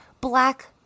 black